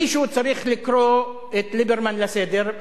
מישהו צריך לקרוא את ליברמן לסדר,